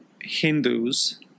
Hindus